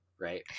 right